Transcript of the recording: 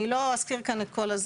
אני לא אזכיר כאן את הכל,